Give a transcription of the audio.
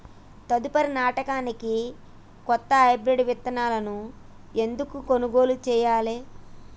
తదుపరి నాడనికి కొత్త హైబ్రిడ్ విత్తనాలను ఎందుకు కొనుగోలు చెయ్యాలి?